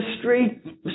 street